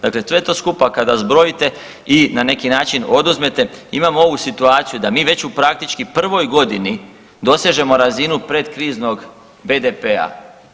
Dakle, sve to skupa kada zbrojite i na neki način oduzmete imamo ovu situaciju da mi već u praktički prvoj godini dosežemo razinu predkriznog BDP-a.